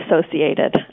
associated